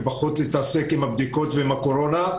ופחות להתעסק עם הבדיקות ועם הקורונה.